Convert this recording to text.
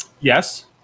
Yes